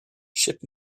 ship